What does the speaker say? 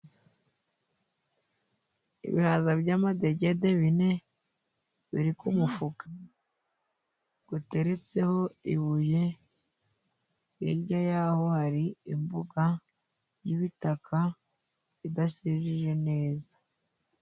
Ibihaza by'amadegede bine biri ku mufuka guteretse ho ibuye, hirya yaho hari imbuga y'ibitaka idasijije neza.